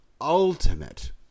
ultimate